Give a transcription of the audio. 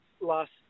last